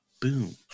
boom